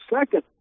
Second